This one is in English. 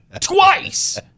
Twice